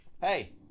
Hey